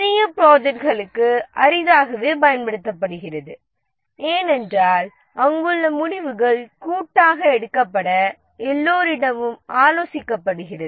பெரிய ப்ராஜெக்ட்களுக்கு அரிதாகவே பயன்படுத்தப்படுகிறது ஏனென்றால் அங்குள்ள முடிவுகள் கூட்டாக எடுக்கப்பட எல்லோரிடமும் ஆலோசிக்க படுகிறது